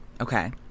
Okay